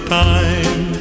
time